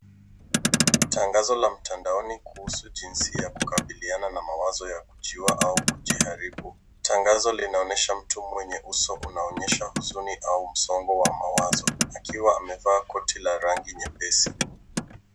Tangazo la mtandaoni kuhusu jinsi ya kukabiliana na mawazo ya kujiua au kujiharibu. Tangazo linaonyesha mtu mwenye uso unaonyesha huzuni au msongo wa mawazo, akiwa amevaa koti la rangi nyepesi.